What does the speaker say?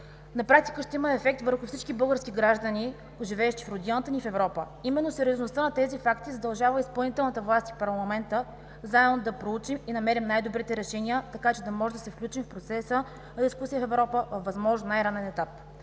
на практика ще има ефект върху всички български граждани, живеещи в родината ни и в Европа. Именно сериозността на тези факти задължава изпълнителната власт и парламентът заедно да проучим и намерим най-добрите решения, така че да можем да се включим в процеса на дискусия в Европа във възможно най-ранен етап.